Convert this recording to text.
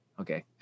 okay